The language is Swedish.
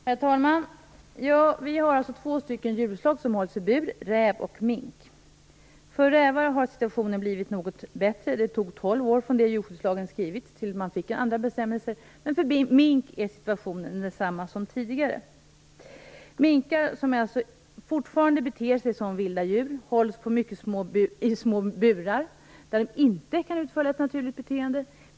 Herr talman! Vi har i Sverige två djurslag som hålls i bur, och det är räv och mink. För rävar har situationen blivit något bättre. Det tog tolv år från det att djurskyddslagen skrevs tills vi fick andra bestämmelser. För mink är situationen densamma som tidigare. Minkar, som alltså fortfarande beter sig som vilda djur, hålls i mycket små burar, där de inte kan ha ett naturligt beteende.